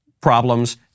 problems